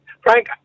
Frank